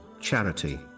charity